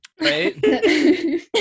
Right